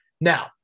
Now